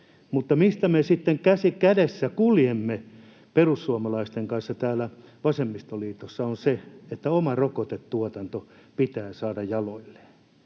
Mutta se, missä me sitten käsi kädessä kuljemme perussuomalaisten kanssa täällä vasemmistoliitossa, on se, että oma rokotetuotanto pitää saada jaloilleen.